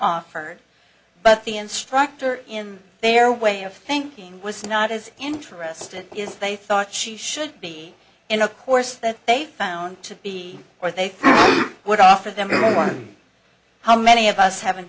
offered but the instructor in their way of thinking was not as interested if they thought she should be in a course that they found to be or they would offer them one how many of us haven't